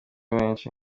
menshi